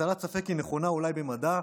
הטלת ספק היא נכונה אולי במדע,